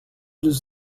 does